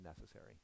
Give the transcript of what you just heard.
necessary